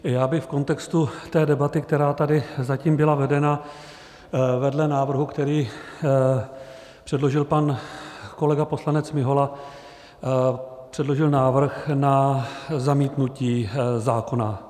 Já bych v kontextu debaty, která tady zatím byla vedena, vedle návrhu, který předložil pan kolega poslanec Mihola, předložil návrh na zamítnutí zákona.